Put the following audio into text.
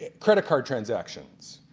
credit card transactions,